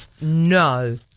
No